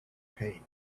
paint